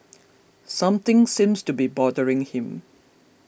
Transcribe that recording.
something seems to be bothering him